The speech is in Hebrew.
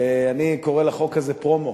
אני קורא לחוק הזה "פרומו".